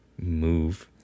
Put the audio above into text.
move